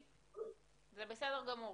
זה בסדר גמור.